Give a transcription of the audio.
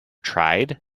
tried